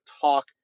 talk